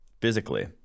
physically